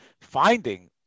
finding